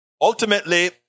ultimately